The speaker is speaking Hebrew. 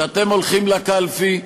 כשאתם הולכים לקלפי,